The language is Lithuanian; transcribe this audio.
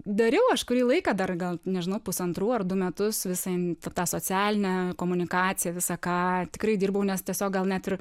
dariau aš kurį laiką dar gal nežinau pusantrų ar du metus visą tą socialinę komunikaciją visa ką tikrai dirbau nes tiesiog gal net ir